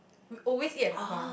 we always eat at Nakhon